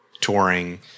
touring